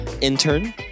intern